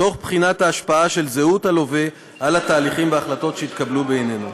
תוך בחינת ההשפעה של זהות הלווה על התהליכים וההחלטות שהתקבלו בעניינו.